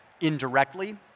indirectly